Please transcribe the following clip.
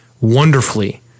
wonderfully